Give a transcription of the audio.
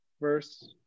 verse